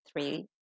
three